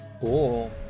Cool